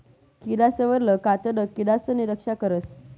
किडासवरलं कातडं किडासनी रक्षा करस